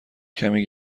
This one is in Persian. کمی